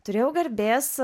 turėjau garbės